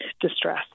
distress